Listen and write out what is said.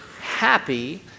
happy